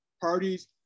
parties